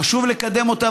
חשוב לקדם אותה,